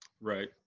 Right